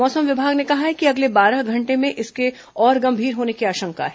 मौसम विभाग ने कहा है कि अगले बारह घंटे में इसके और गंभीर होने की आशंका है